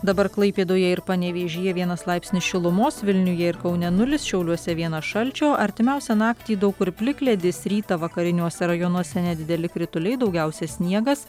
dabar klaipėdoje ir panevėžyje vienas laipsnis šilumos vilniuje ir kaune nulis šiauliuose vienas šalčio artimiausią naktį daug kur plikledis rytą vakariniuose rajonuose nedideli krituliai daugiausia sniegas